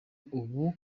ubu